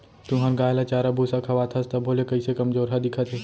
तुंहर गाय ल चारा भूसा खवाथस तभो ले कइसे कमजोरहा दिखत हे?